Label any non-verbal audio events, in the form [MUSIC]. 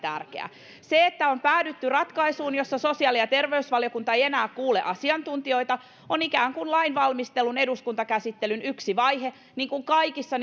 tärkeä se että on päädytty ratkaisuun jossa sosiaali ja terveysvaliokunta ei enää kuule asiantuntijoita on lainvalmistelun eduskuntakäsittelyn yksi vaihe niin kuin kaikissa [UNINTELLIGIBLE]